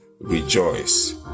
rejoice